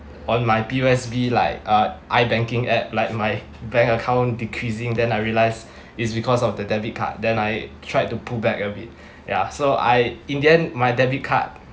on my P_O_S_B like uh ibanking app like my bank account decreasing then I realise it's because of the debit card then I tried to pull back a bit ya so I in the end my debit card